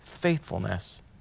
Faithfulness